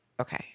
okay